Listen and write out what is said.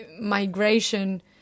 migration